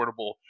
affordable